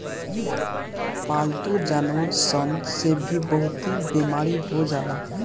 पालतू जानवर सन से भी बहुते बेमारी हो जाला